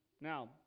Now